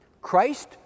Christ